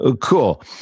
Cool